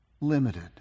limited